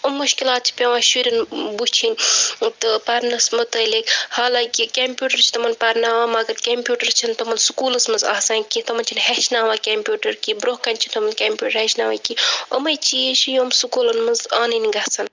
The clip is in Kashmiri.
یِمہٕ مُشکِلات چھِ پیٚوان شُریَن وُچھِنۍ تہٕ پَرنَس مُتعلق حالانٛکہِ کمپیٛوٗٹَر چھِ تِمَن پَرٕناوان مَگَر کمپیٛوٗٹَر چھِنہٕ تِمَن سکوٗلَس منٛز آسان کیٚنٛہہ تِمَن چھِنہٕ ہیٚچھناواں کمپیٛوٗٹَر کہِ برٛونٛہہ کَنہِ چھِ تِمَن کمپیٛوٗٹر ہیٚچھناواں کیٚنٛہہ یِمے چیٖز چھِ یِم سکوٗلَن منٛز اَنٕنۍ گَژھَن